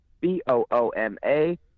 b-o-o-m-a